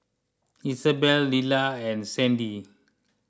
Isabell Lelah and Sandy